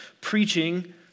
preaching